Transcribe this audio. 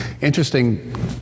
interesting